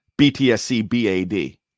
BTSCBAD